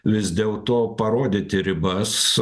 vis dėlto parodyti ribas